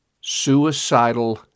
suicidal